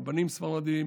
רבנים ספרדים,